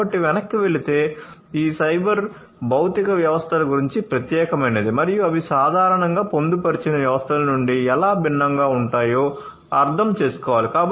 కాబట్టి వెనక్కి వెళితే ఈ సైబర్ భౌతిక వ్యవస్థల గురించి ప్రత్యేకమైనది మరియు అవి సాధారణంగా పొందుపరిచిన వ్యవస్థల నుండి ఎలా భిన్నంగా ఉంటాయో అర్థం చేసుకోవాలి